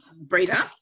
breeder